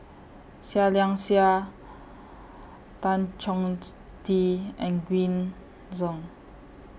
Seah Liang Seah Tan Chong Tee and Green Zeng